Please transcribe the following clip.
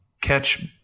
catch